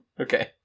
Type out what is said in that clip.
Okay